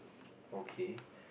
okay